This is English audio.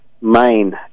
main